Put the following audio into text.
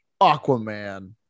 Aquaman